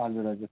हजुर हजुर